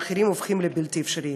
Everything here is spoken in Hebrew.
המחירים הופכים בלתי אפשריים.